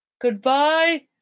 Goodbye